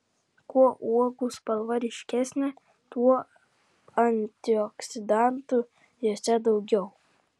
kuo uogų spalva ryškesnė tuo antioksidantų jose daugiau